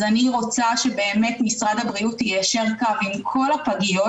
אז אני רוצה שבאמת משרד הבריאות יישר קו עם כל הפגיות,